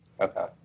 Okay